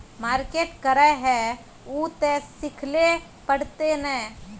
Market करे है उ ते सिखले पड़ते नय?